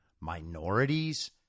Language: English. minorities